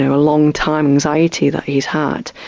a long-time anxiety that he's had.